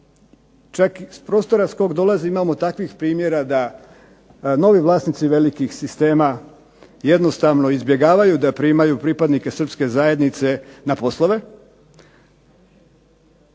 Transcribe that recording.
čak iz prostora s kog dolazim imamo takvih primjera da novi vlasnici velikih sistema jednostavno izbjegavaju da primaju pripadnike srpske zajednice na poslove.